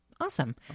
Awesome